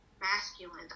masculine